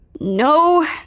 No